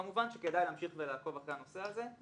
כמובן שכדאי להמשיך ולעקוב אחרי הנושא הזה,